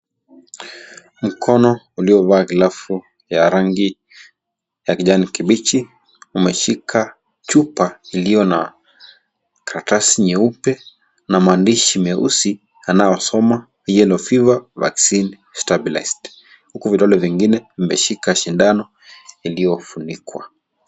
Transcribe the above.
Mkono uliovaa glavu ya rangi ya kijani kipichi, umeshika chupa iliyo na karatasi nyeupe na mandishi meusi anaosoma yellow fever, vaccine, stabilized. Uku vidole vingine vimeshika shindano iliyofunikwa.